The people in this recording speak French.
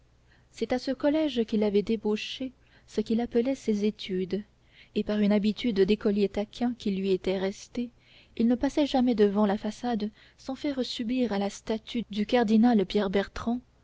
c'est à ce collège qu'il avait ébauché ce qu'il appelait ses études et par une habitude d'écolier taquin qui lui était restée il ne passait jamais devant la façade sans faire subir à la statut du cardinal pierre bertrand